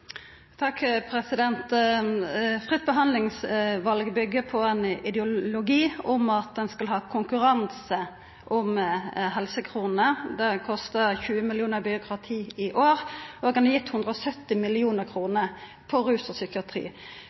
Fritt behandlingsval byggjer på ein ideologi om at ein skal ha konkurranse om helsekronene. Det kostar 20 mill. kr i byråkrati i år, og ein har gitt 170 mill. kr til rus og psykiatri.